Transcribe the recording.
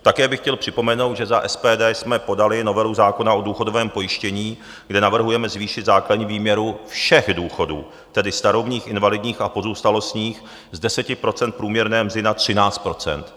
Také bych chtěl připomenout, že za SPD jsme podali novelu zákona o důchodovém pojištění, kde navrhujeme zvýšit základní výměru všech důchodů, tedy starobních, invalidních a pozůstalostních, z 10 % průměrné mzdy na 13 %.